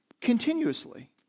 continuously